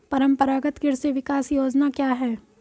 परंपरागत कृषि विकास योजना क्या है?